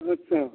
अच्छा